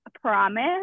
promise